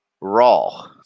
raw